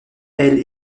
elle